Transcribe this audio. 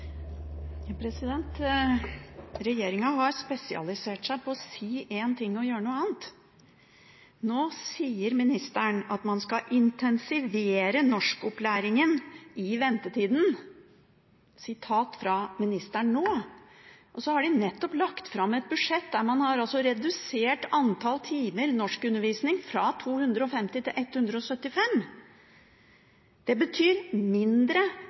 har spesialisert seg på å si én ting og å gjøre noe annet. Nå sier ministeren at man skal «intensivere norskopplæringen» i ventetida. Så har man nettopp lagt fram et budsjett der man har redusert antall timer norskundervisning fra 250 til 175. Det betyr mindre